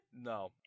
No